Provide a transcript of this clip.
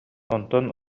онтон